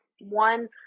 one